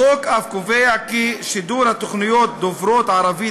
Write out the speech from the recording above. החוק אף קובע כי שידור תוכניות דוברות ערבית